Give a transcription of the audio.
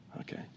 Okay